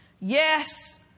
Yes